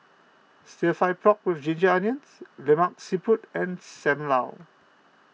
Stir Fry Pork with Ginger Onions Lemak Siput and Sam Lau